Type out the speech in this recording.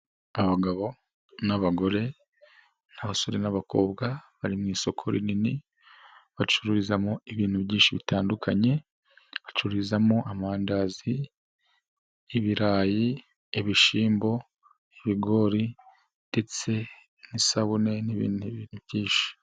Abagabo n'abagore n'abasore n'abakobwa bari mu isoko rinini, bacururizamo ibintu byinshi bitandukanye, bacururizamo amandazi, ibirayi, ibishyimbo, ibigori ndetse n'isabune n'ibindi byinshi.